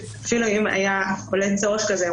אפילו אם היה עולה צורך כזה,